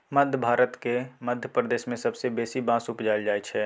मध्य भारतक मध्य प्रदेश मे सबसँ बेसी बाँस उपजाएल जाइ छै